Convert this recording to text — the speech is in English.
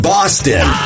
Boston